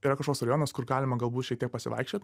yra kažkoks rajonas kur galima galbūt šiek tiek pasivaikščiot